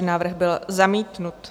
Návrh byl zamítnut.